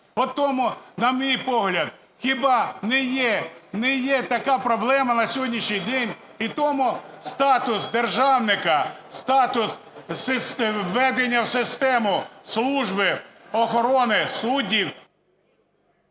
Тому, на мій погляд, хіба не є така проблема на сьогоднішній день? І тому статус державника, статус введення в систему служби охорони суддів…